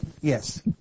Yes